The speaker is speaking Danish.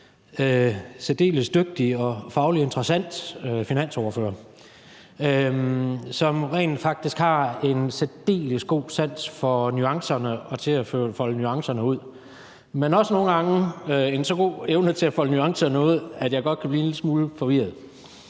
særdeles dygtig og fagligt interessant finansordfører, som rent faktisk har en særdeles god sans for nuancerne og for at folde nuancerne ud. Men hun har også nogle gange så god en evne til at folde nuancerne ud, at jeg godt kan blive en lille smule forvirret.